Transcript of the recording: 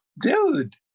dude